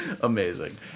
Amazing